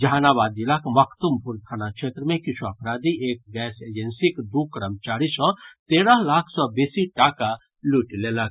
जहानाबाद जिलाक मखदुमपुर थाना क्षेत्र मे किछु अपराधी एक गैस एजेंसीक दू कर्मचारी सँ तेरह लाख सँ बेसी टाका लूटि लेलक